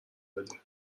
بده